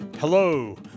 Hello